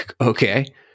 Okay